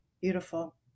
beautiful